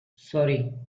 sorry